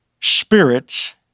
spirits